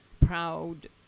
proud